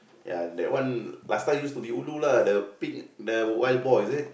ya that one last time use to be ulu lah the the pink wild boar is it